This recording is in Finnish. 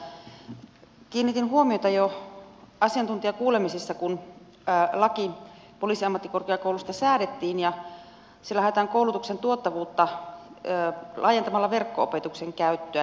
kiinnitin huomiota jo asiantuntijakuulemisissa kun laki poliisiammattikorkeakoulusta säädettiin ja siellä haetaan koulutuksen tuottavuutta laajentamalla verkko opetuksen käyttöä